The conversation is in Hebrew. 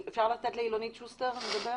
אפשר לתת לאילנית שוסטר לדבר,